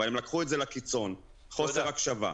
אבל הם לקחו את זה לקיצון: חוסר הקשבה,